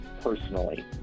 personally